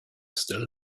still